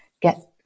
get